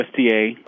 USDA